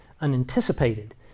unanticipated